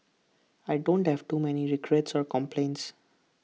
I don't have too many regrets or complaints